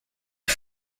est